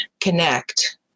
connect